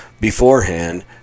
beforehand